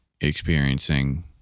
experiencing